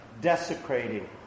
Desecrating